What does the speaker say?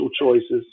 choices